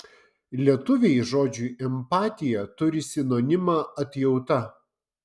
lietuviai žodžiui empatija turi sinonimą atjauta